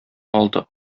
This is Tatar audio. алты